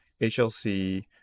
hlc